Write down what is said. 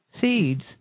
Seeds